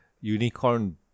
unicorn